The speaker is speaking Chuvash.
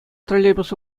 троллейбус